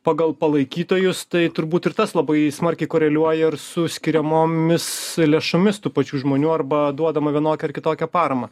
pagal palaikytojus tai turbūt ir tas labai smarkiai koreliuoja ir su skiriamomis lėšomis tų pačių žmonių arba duodama vienokią ar kitokią paramą